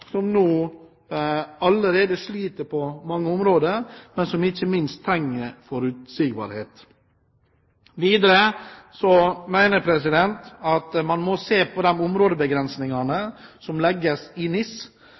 som på mange områder allerede sliter, og som ikke minst trenger forutsigbarhet. Jeg mener videre at man må se på de områdebegrensningene som legges for NIS.